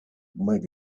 maybe